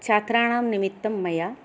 छात्राणां निमित्तं मया